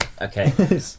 okay